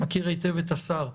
מכיר היטב את השר,